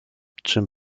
czym